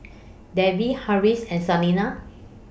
Devi Haresh and Saina